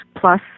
plus